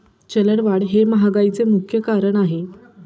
चलनवाढ हे महागाईचे मुख्य कारण आहे